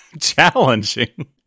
Challenging